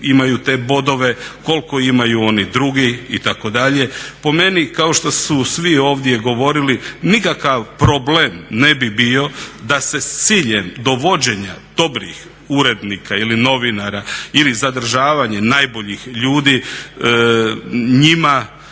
imaju te bodove, koliko imaju oni drugi itd. Po meni, kao što su svi ovdje govorili, nikakav problem ne bi bio da se s ciljem dovođenja dobrih urednika ili novinara ili zadržavanje najboljih ljudi njima